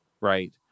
Right